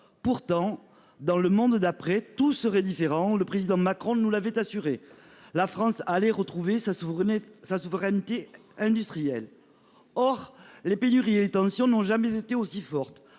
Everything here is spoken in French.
Pourtant dans le monde d'après, tout serait différent. Le président Macron nous l'avait assuré la France allez retrouver sa vous venez sa souveraineté industrielle. Or les pénuries et les tensions n'ont jamais été aussi forte